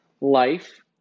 life